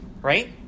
right